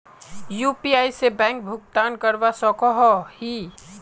UPI से bank भुगतान करवा सकोहो ही?